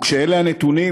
וכשאלה הנתונים,